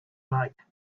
like